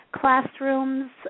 classrooms